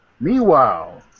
Meanwhile